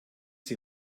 sie